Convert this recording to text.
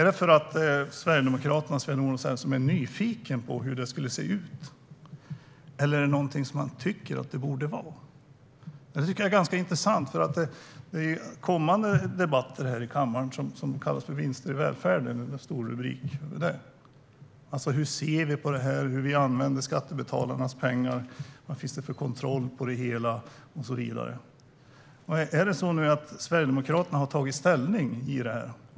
Är Sverigedemokraterna och Sven-Olof Sällström nyfikna på hur det skulle se ut, eller tycker man att det borde vara på det sättet? Det är ganska intressant. Det kommer att bli en debatt i kammaren om vinster i välfärden - om hur vi ser på hur skattebetalarnas pengar används, vilken kontroll det finns av det och så vidare. Har Sverigedemokraterna tagit ställning när det gäller det?